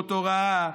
שעות הוראה,